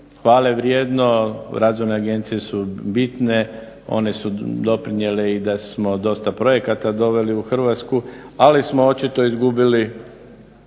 hvalevrijedno, razvojne agencije su bitne, one su doprinijele i da smo dosta projekata doveli u Hrvatsku, ali smo očito izgubili